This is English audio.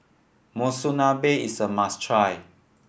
monsunabe is a must try